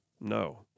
No